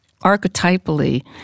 archetypally